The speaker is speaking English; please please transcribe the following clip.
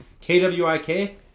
K-W-I-K